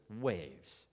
waves